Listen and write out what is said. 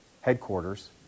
headquarters